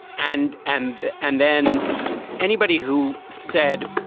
and and and then anybody who said,